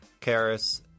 Karis